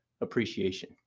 appreciation